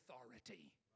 authority